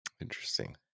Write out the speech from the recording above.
Interesting